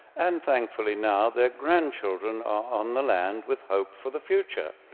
and thankfully, now their grandchildren are on the land with hope for the future.